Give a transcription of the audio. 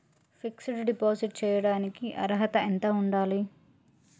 Fix డ్ deposit చేయటానికి అర్హత ఎంత ఉండాలి?